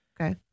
Okay